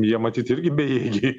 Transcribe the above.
jie matyt irgi bejėgiai